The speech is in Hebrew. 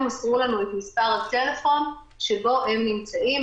מסרו לנו את מס' הטלפון שבו הם נמצאים.